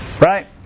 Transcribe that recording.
right